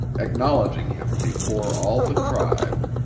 acknowledging him before all the tribe.